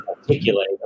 articulate